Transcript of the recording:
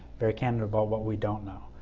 very candid about what we don't know.